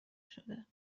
شده